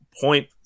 point